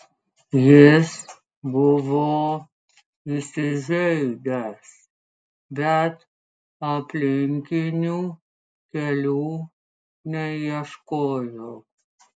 jis buvo įsižeidęs bet aplinkinių kelių neieškojo